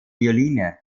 violine